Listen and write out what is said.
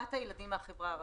לרעת הילדים מהחברה הערבית.